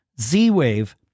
Z-Wave